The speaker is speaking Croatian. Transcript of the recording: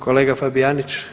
Kolega Fabijanić?